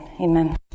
Amen